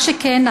מה שכן,